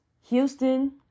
Houston